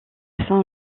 saint